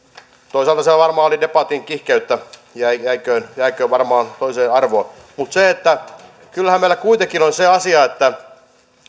toisaalta se varmaan oli debatin kiihkeyttä ja jääköön jääköön varmaan toiseen arvoon mutta kyllähän meillä kuitenkin on se asia että